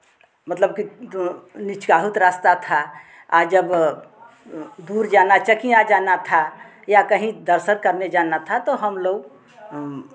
मतलब कि निचकाहुत रास्ता था जब दूर जाना चकियाँ जाना था या कहीं दर्शन करने जाना था तो हम लोग